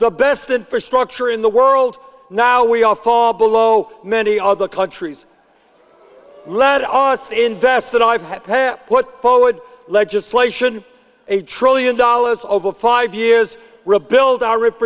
the best infrastructure in the world now we all fall below many other countries led us to invest and i've had what forward legislation a trillion dollars over five years rebuild our rip